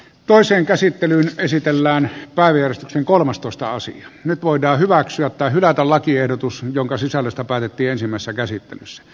toisen käsittelyn esitellään päivystyksen kolmastoista nyt voidaan hyväksyä tai hylätä lakiehdotus jonka sisällöstä päätettiin ensimmäisessä käsittelyssä